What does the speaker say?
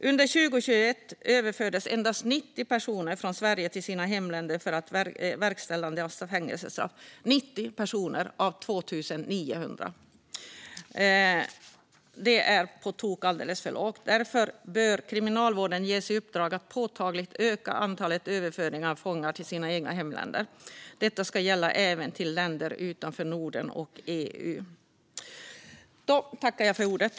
Under 2021 överfördes endast 90 personer från Sverige till sina hemländer för verkställande av fängelsestraff - 90 personer av 2 900. Det är på tok för få. Därför bör Kriminalvården ges i uppdrag att påtagligt öka antalet överföringar av fångar till deras egna hemländer. Detta ska gälla även till länder utanför Norden och EU.